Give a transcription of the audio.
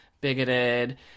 bigoted